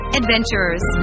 adventurers